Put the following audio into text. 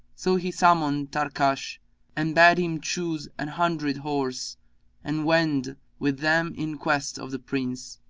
so he summoned tarkash and bade him choose an hundred horse and wend with them in quest of the prince.